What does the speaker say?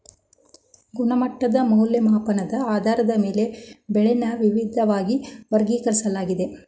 ಗುಣಮಟ್ಟದ್ ಮೌಲ್ಯಮಾಪನದ್ ಆಧಾರದ ಮೇಲೆ ಬೆಳೆನ ವಿವಿದ್ವಾಗಿ ವರ್ಗೀಕರಿಸ್ಲಾಗಿದೆ